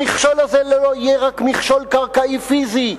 המכשול הזה לא יהיה רק מכשול קרקעי פיזי,